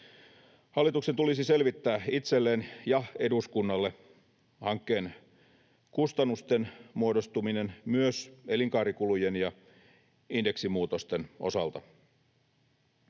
Hallituksen tulisi selvittää itselleen ja eduskunnalle hankkeen kustannusten muodostuminen myös elinkaarikulujen ja indeksimuutosten osalta.